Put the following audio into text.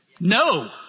No